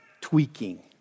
tweaking